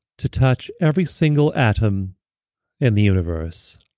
to touch every single atom in the universe.